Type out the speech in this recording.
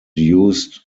use